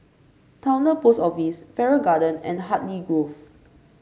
Towner Post Office Farrer Garden and Hartley Grove